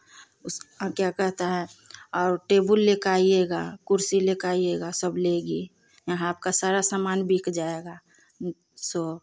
उस आं क्या कहता है और टेबुल लेकर आईएगा कुर्सी लेकर आईएगा सब लेगी यहाँ आपका सारा सामान बिक जाएगा सो